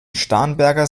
starnberger